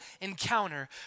encounter